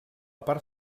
part